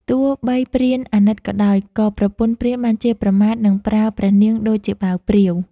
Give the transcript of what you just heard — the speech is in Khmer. ទោះបីព្រានអាណិតក៏ដោយ ក៏ប្រពន្ធព្រានបានជេរប្រមាថ និងប្រើព្រះនាងដូចជាបាវព្រាវ។